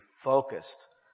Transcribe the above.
focused